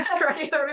right